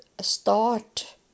start